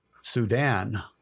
Sudan